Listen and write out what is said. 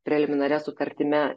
preliminaria sutartimi